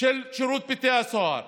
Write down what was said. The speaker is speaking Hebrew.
של שירות בתי הסוהר.